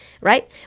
right